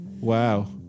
Wow